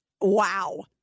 Wow